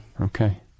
Okay